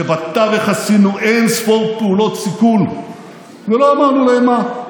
כשבתווך עשינו אין-ספור פעולות סיכול ולא אמרנו להם מה,